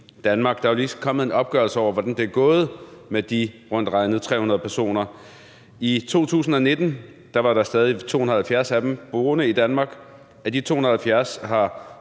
Der er lige kommet en opgørelse over, hvordan det er gået med de rundt regnet 300 personer. I 2019 var der stadig 270 af dem, der boede i Danmark. Af de 270 har